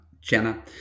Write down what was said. Jenna